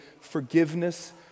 forgiveness